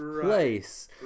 place